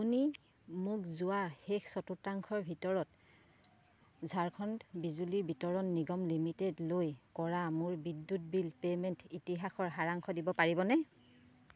আপুনি মোক যোৱা শেষ চতুৰ্থাংশৰ ভিতৰত ঝাৰখণ্ড বিজুলী বিতৰণ নিগম লিমিটেডলৈ কৰা মোৰ বিদ্যুৎ বিল পে'মেণ্ট ইতিহাসৰ সাৰাংশ দিব পাৰিবনে